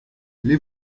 les